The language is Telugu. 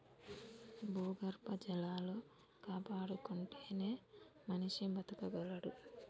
భూగర్భ జలాలు కాపాడుకుంటేనే మనిషి బతకగలడు